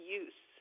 use